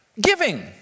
Giving